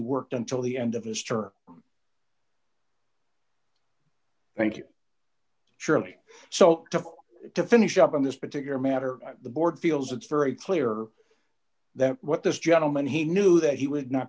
worked until the end of his term thank you shirley so to finish up on this particular matter the board feels it's very clear that what this gentleman he knew that he would not